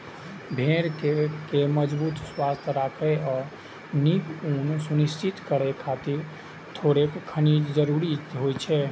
भेड़ कें मजबूत, स्वस्थ राखै आ नीक ऊन सुनिश्चित करै खातिर थोड़ेक खनिज जरूरी होइ छै